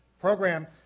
Program